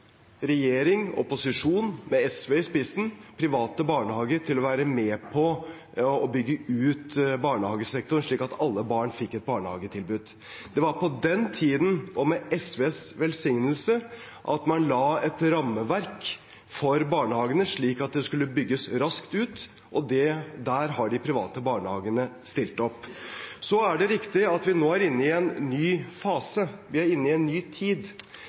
regjering og opposisjon, med SV i spissen, private barnehager til å være med på å bygge ut barnehagesektoren, slik at alle barn fikk et barnehagetilbud. Det var på den tiden – og med SVs velsignelse – man la et rammeverk for barnehagene, slik at det skulle bygges raskt ut, og der har de private barnehagene stilt opp. Så er det riktig at vi nå er inne i en ny fase, vi er inne i en ny tid.